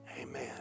Amen